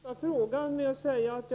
Herr talman! Jag börjar med den sista frågan med att säga att